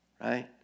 right